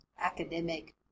academic